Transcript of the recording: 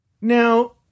Now